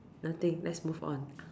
nothing let's move on